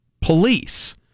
police